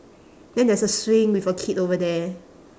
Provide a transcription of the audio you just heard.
then there's a swing with a kid over there